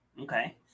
okay